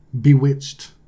bewitched